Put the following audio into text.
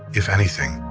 if anything,